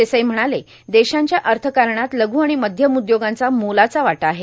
देसाई म्हणाले देशांच्या अथकारणात लघ् आर्ण मध्यम उद्योगांचा मोलाचा वाटा आहे